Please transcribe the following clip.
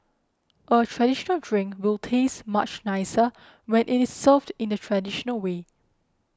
a traditional drink will taste much nicer when it is served in the traditional way